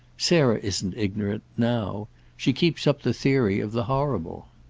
sarah isn't ignorant now she keeps up the theory of the horrible.